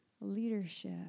leadership